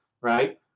right